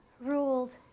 ruled